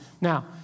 Now